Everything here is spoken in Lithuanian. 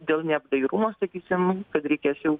dėl neapdairumo sakysim kad reikės jau